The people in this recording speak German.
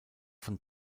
von